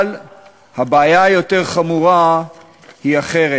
אבל הבעיה היותר-חמורה היא אחרת,